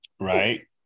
right